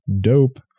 Dope